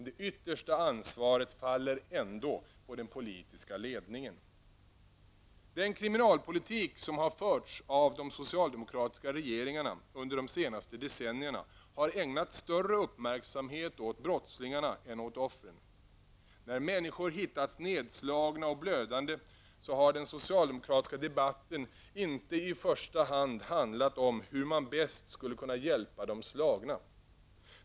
Det yttersta ansvaret faller emellertid på den politiska ledningen. Den kriminalpolitik som har förts av de socialdemokratiska regeringarna under de senaste decennierna har ägnat större uppmärksamhet åt brottslingarna än åt offren. När människor hittats nedslagna och blödande har den socialdemokratiska debatten inte i första hand handlat om hur man bäst skulle kunna hjälpa de slagna.